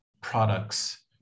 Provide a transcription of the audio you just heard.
products